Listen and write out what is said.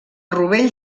rovell